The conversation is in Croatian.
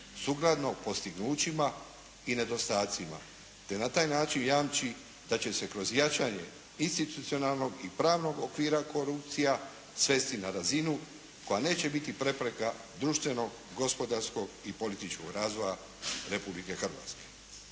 sukladno postignućima i nedostacima te na taj način jamči da će se kroz jačanje institucionalnog i pravnog okvira korupcija svesti na razinu koja neće biti prepreka društvenog, gospodarskog i političkog razvoja Republike Hrvatske.